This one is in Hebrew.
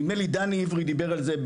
נדמה לי דני עברי דיבר על זה,